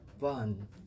fun